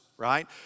Right